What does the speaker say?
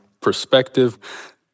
perspective